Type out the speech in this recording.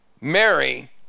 Mary